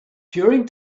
during